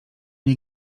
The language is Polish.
nie